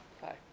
Hi